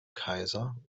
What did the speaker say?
kaiser